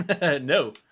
No